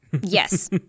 Yes